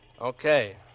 Okay